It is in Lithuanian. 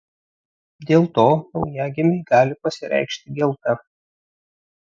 dėl to naujagimiui gali pasireikšti gelta